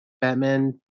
Batman